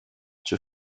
czy